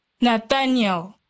Nathaniel